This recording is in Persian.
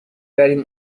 بریم